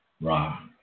Ra